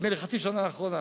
נדמה לי, בחצי השנה האחרונה.